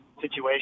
situation